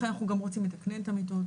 לכן אנחנו גם רוצים לתקנן את המיטות,